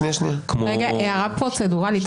הערה פרוצדורלית.